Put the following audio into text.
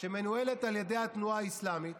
שמנוהלת על ידי התנועה האסלאמית